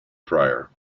prior